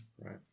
Right